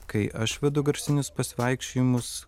kai aš vedu garsinius pasivaikščiojimus